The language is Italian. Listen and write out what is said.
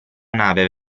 nave